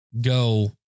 go